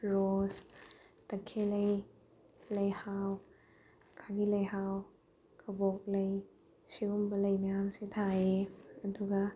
ꯔꯣꯁ ꯇꯈꯦꯜꯂꯩ ꯂꯩꯍꯥꯎ ꯈꯥꯒꯤ ꯂꯩꯍꯥꯎ ꯀꯕꯣꯛꯂꯩ ꯁꯤꯒꯨꯝꯕ ꯂꯩ ꯃꯌꯥꯝꯁꯦ ꯊꯥꯏꯌꯦ ꯑꯗꯨꯒ